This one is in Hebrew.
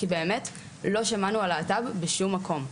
כי באמת לא שמענו על להט"ב בשום מקום,